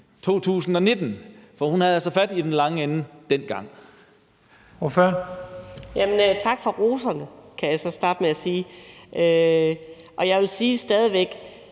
2019, for hun havde altså fat i den lange ende dengang.